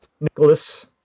Nicholas